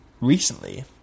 recently